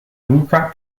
luca